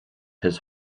his